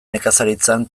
nekazaritzan